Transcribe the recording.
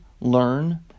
learn